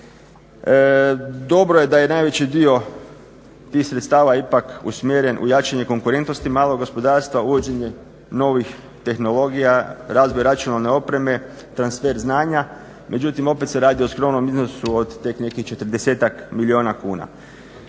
Dobro je da je najveći dio tih sredstava ipak usmjeren u jačanje konkurentnosti malog gospodarstva uvođenjem novih tehnologija, razvoj računalne opreme, transfer znanja. Međutim, opet se radi o skromnom iznosu od tek nekih 40-tak milijuna kuna.